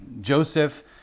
Joseph